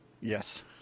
Yes